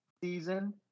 season